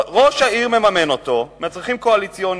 ראש העיר מממן אותו, בגלל צרכים קואליציוניים,